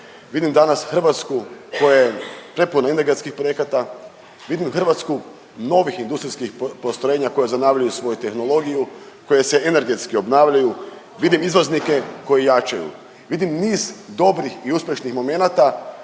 vidim danas Hrvatsku koja je prepuna energetskih projekata, vidim Hrvatsku novih industrijskih postrojenja koje zanavljaju svoju tehnologiju, koje se energetski obnavljaju, vidim izvoznike koji jačaju. Vidim niz dobrih i uspješnih momenata,